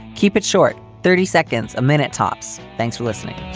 keep it short. thirty seconds a minute, tops. thanks for listening